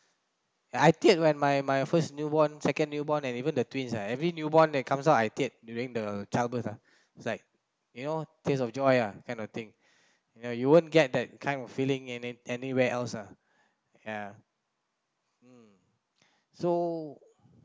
I tear when my my first newborn second newborn and even the twin uh every newborn that comes out I tear during the childbirth uh is like you know tear of joy uh kind of thing ya you won't get that kind of feeling in anywhere else uh ya so